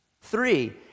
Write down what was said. Three